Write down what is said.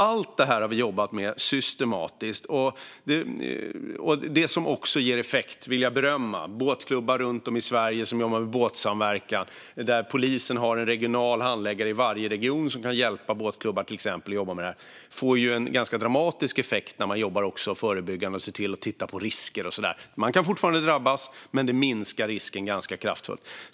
Allt det här har vi jobbat med systematiskt. Något som också ger effekt och som jag vill berömma är det som båtklubbar runt om i Sverige gör när de jobbar med båtsamverkan. Där har polisen en regional handläggare i varje region som kan hjälpa båtklubbar att jobba med det här. Det får en ganska dramatisk effekt när man jobbar förebyggande och tittar på risker och så. Man kan fortfarande drabbas, men det minskar risken ganska kraftigt.